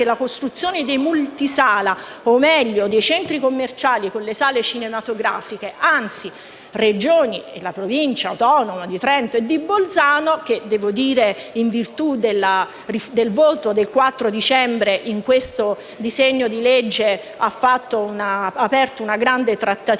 la costruzione dei multisala o meglio dei centri commerciali con sale cinematografiche. Anzi, le Regioni e le Province autonome di Trento e Bolzano - in virtù del voto del 4 dicembre, in questo disegno di legge si è aperta una grande trattativa